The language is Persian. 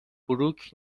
بروک